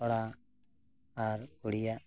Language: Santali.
ᱠᱚᱲᱟ ᱟᱨ ᱠᱩᱲᱤᱭᱟᱜ